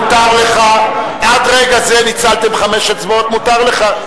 מותר לך, עד רגע זה ניצלתם חמש הצבעות, מותר לך.